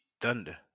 Thunder